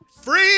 Free